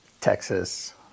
texas